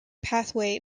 pathway